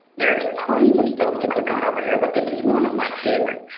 there's tons of stuff to click on over here, but this is one of my favorites.